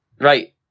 Right